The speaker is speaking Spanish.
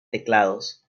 teclados